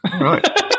Right